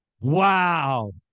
Wow